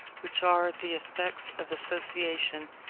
which are the effects of association,